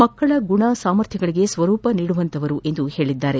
ಮಕ್ಕಳ ಗುಣ ಸಾಮರ್ಥ್ಯಗಳಿಗೆ ಸ್ವರೂಪ ನೀಡುವಂತವರು ಎಂದಿದ್ದಾರೆ